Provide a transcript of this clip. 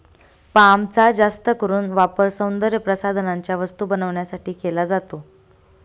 पामचा जास्त करून वापर सौंदर्यप्रसाधनांच्या वस्तू बनवण्यासाठी केला जातो